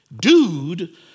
dude